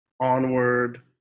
onward